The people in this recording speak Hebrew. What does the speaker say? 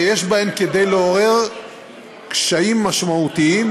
שיש בהן כדי לעורר קשיים משמעותיים,